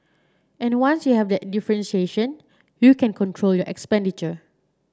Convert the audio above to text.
and once you have that differentiation you can control your expenditure